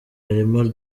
harimo